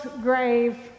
grave